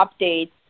updates